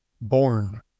born